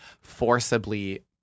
forcibly